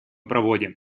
проводим